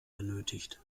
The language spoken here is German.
benötigt